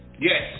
Yes